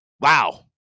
Wow